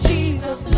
Jesus